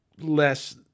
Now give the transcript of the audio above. less